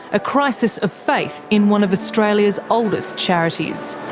a crisis of faith in one of australia's oldest charities.